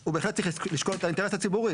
הוא בהחלט צריך לשקול את האינטרס הציבורי.